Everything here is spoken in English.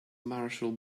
marshall